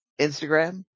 Instagram